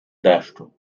deszczu